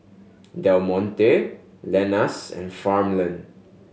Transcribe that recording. Del Monte Lenas and Farmland